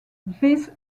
this